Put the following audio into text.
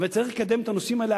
וצריך לקדם את הנושאים האלה,